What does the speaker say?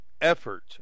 effort